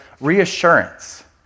reassurance